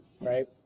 right